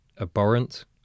abhorrent